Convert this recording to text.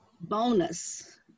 bonus